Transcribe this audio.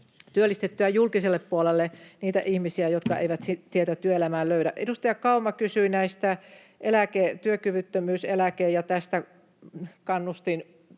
työllistettyä myös julkiselle puolelle niitä ihmisiä, jotka eivät tietä työelämään löydä. Edustaja Kauma kysyi työkyvyttömyyseläke- ja